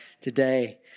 today